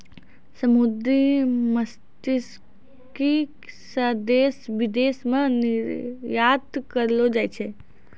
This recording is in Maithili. समुन्द्री मत्स्यिकी से देश विदेश मे निरयात करलो जाय छै